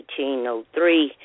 1803